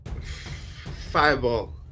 fireball